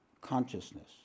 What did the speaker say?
consciousness